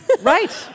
right